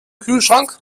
kühlschrank